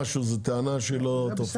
זו טענה שהיא לא תופסת.